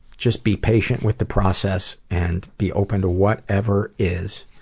just be patient with the process and be open to whatever is.